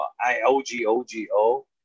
I-O-G-O-G-O